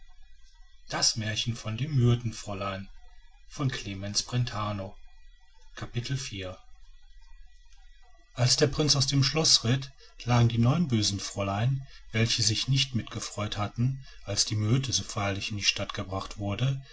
als der prinz aus dem schloß ritt lagen die neun bösen fräulein welche sich nicht mit gefreut hatten als myrte so feierlich in die stadt gebracht wurde